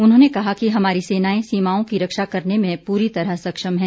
उन्होंने कहा कि हमारी सेनाएं सीमाओं की रक्षा करने में पुरी तरह सक्षम हैं